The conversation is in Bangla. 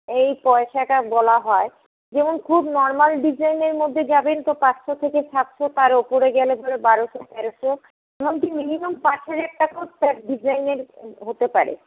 এই পয়সাটা বলা হয় যেমন খুব নর্মাল ডিজাইনের মধ্যে যাবেন তো পাঁচশো থেকে সাতশো তার উপরে গেলে পরে বারোশো তেরোশো এমনকি মিনিমাম পাঁচ হাজার টাকাও ডিজাইনের হতে পারে